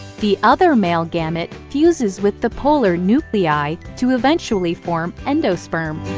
the other male gamete fuses with the polar nuclei to eventually form endosperm.